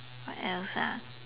what else ah